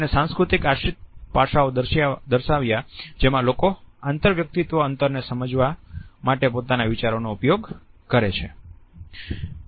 તેને સાંસ્કૃતિક આશ્રિત પાસાઓ દર્શાવ્યા જેમાં લોકો આંતરવૈયક્તિક અંતરને સમજવા માટે પોતાના વિચારોનો ઉપયોગ કરે છે